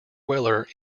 weller